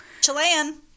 Chilean